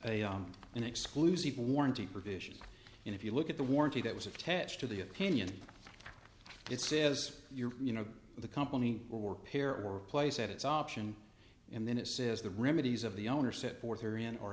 an exclusive warranty provision and if you look at the warranty that was attached to the opinion it says you're you know the company or pair or place at it's option and then it says the remedies of the owner set forth are in o